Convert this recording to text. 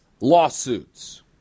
lawsuits